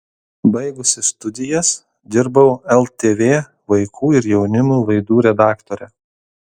baigusi studijas dirbau ltv vaikų ir jaunimo laidų redaktore